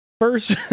first